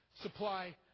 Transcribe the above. supply